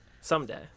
Someday